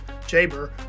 Jaber